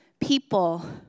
People